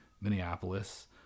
Minneapolis